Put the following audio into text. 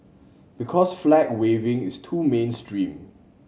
because flag waving is too mainstream